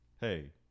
Hey